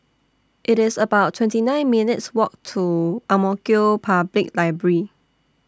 IT IS about twenty nine minutes' Walk to Ang Mo Kio Public Library